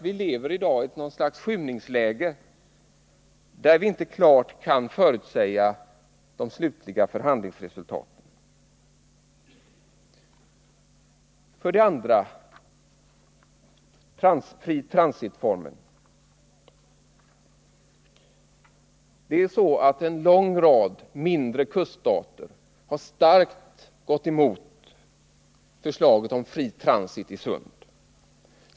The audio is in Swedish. Vi lever i dag i något slags skymningsläge, där vi inte klart kan förutsäga de slutliga förhandlingsresultaten. För det andra: En lång rad mindre kuststater har starkt gått emot förslaget om fri transit i sund.